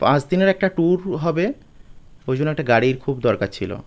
পাঁচ দিনের একটা ট্যুর হবে ওই জন্য একটা গাড়ির খুব দরকার ছিল